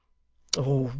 oh!